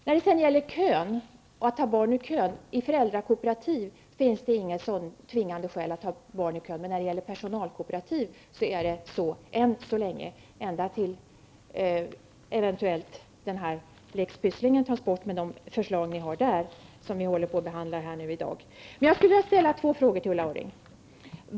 När det gäller föräldrakooperativ finns det inget tvingande krav att ta barn ur kön, men det gör det när det gäller personalkooperativ ända tills lex Pysslingen eventuellt tas bort i enlighet med det förslag som vi behandlar här i dag. Jag skulle vilja ställa två frågor till Ulla Orring.